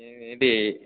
ఏంటీ